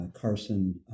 Carson